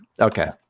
okay